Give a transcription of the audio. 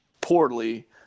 poorly